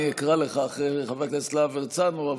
אני אקרא לך אחרי חבר הכנסת להב הרצנו,